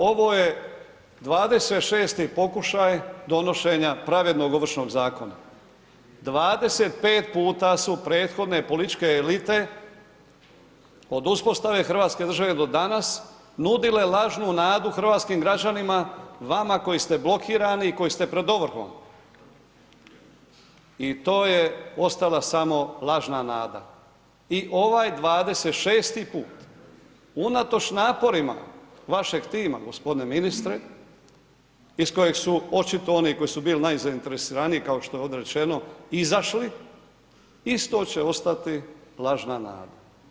Ovo je 26-ti pokušaj donošenja pravednog Ovršnog zakona, 25 puta su prethodne političke elite od uspostave hrvatske države do danas nudile lažnu nadu hrvatskim građanima, vama koji ste blokirani, koji ste pred ovrhom i to je ostala samo lažna nada i ovaj 26-ti put unatoč naporima vašeg tima g. ministre iz kojeg su očito oni koji su bili najzainteresiraniji kao što je ovdje rečeno, izašli isto će ostati lažna nada.